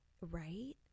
right